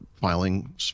filing